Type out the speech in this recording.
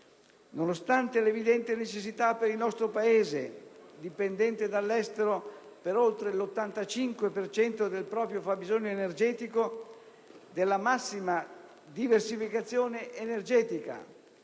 nonostante l'evidente necessità per il nostro Paese, dipendente dall'estero per oltre l'85 per cento del proprio fabbisogno energetico, della massima diversificazione energetica;